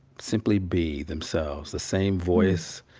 simply be themselves the same voice,